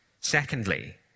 secondly